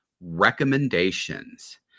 recommendations